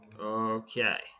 Okay